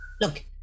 Look